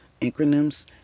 acronyms